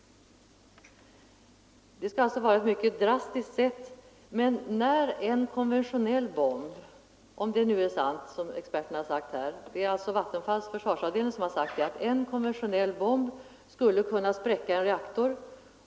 Det är ett mycket drastiskt sätt, men om det nu är sant vad experterna på Vattenfalls försvarsavdelning har sagt kan en konventionell bomb spräcka en reaktor.